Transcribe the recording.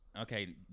Okay